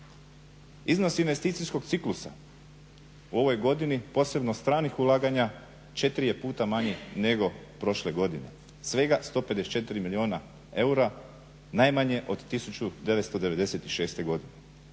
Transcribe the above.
Iznos investicijskog ciklusa u ovoj godini, posebno stranih ulaganja 4 je puta manji nego prošle godine, svega 154 milijuna eura, najmanje od 1996. godine.